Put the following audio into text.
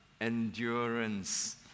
endurance